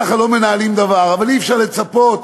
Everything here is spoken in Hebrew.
ככה לא מנהלים דבר, אבל אי-אפשר לצפות.